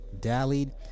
dallied